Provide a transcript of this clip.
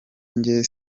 njye